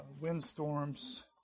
windstorms